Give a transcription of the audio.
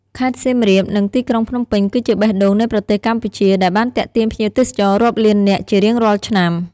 ខេត្តសៀមរាបនិងទីក្រុងភ្នំពេញគឺជាបេះដូងនៃប្រទេសកម្ពុជាដែលបានទាក់ទាញភ្ញៀវទេសចររាប់លាននាក់ជារៀងរាល់ឆ្នាំ។